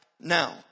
now